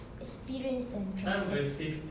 experienced and trusted